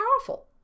powerful